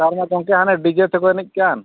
ᱱᱮᱛᱟᱨᱢᱟ ᱜᱚᱢᱠᱮ ᱦᱟᱱᱮ ᱰᱤᱡᱮ ᱛᱮᱠᱚ ᱮᱱᱮᱡ ᱠᱟᱱ